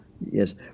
Yes